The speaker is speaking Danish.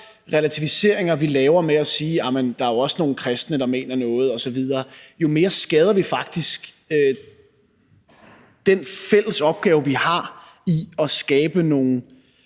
relativiseringer, vi laver, i form af at sige, at jamen der er også nogle kristne, der mener noget osv., jo mere skader vi faktisk den fælles opgave, vi har, i at skabe nogle